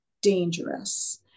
dangerous